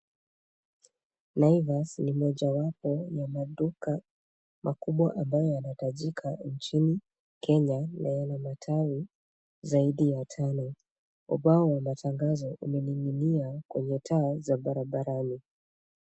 Naivas ni mojawapo ya maduka makubwa ambayo yanatajika nchini Kenya, na yana matawi zaidi ya tano. Ubao wa matangazo, umening'inia kwenye taa za barabarani.